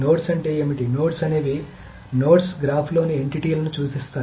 nodes అంటే ఏమిటి nodes అనేవి నోడ్స్ గ్రాఫ్లోని ఎంటిటీలను సూచిస్తాయి